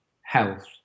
health